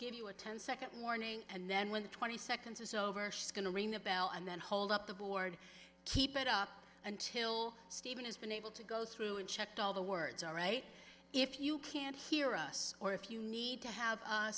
give you a ten second warning and then when the twenty seconds is over she's going to ring the bell and then hold up the board keep it up until stephen has been able to go through and checked all the words all right if you can't hear us or if you need to have u